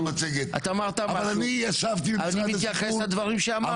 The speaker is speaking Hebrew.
אני מתייחס לדברים שאמרת.